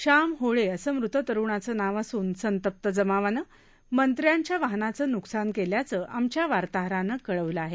श्याम होळे असं मृत तरुणाचं नाव असून संतप्त जमावानं मंत्र्यांच्या वाहनाचं नुकसान केल्याचं आमच्या वार्ताहरानं कळवलं आहे